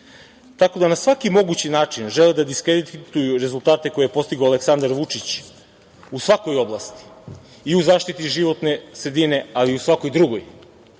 tako da na svaki mogući način žele da diskredituju rezultate koje je postigao Aleksandar Vučić u svakoj oblasti, i u zaštiti životne sredine, ali i u svakoj drugoj,